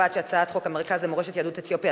המרכז למורשת יהדות אתיופיה,